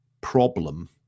problem